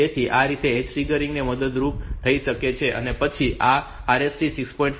તેથી આ રીતે ઍજ ટ્રિગરિંગ મદદરૂપ થઈ શકે છે અને પછી આ RST 6